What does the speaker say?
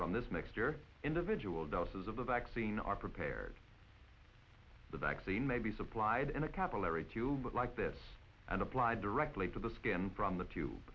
from this mixture individual doses of the vaccine are prepared the vaccine may be supplied in a capillary tube like this and apply directly to the skin from the t